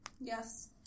Yes